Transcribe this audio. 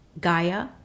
Gaia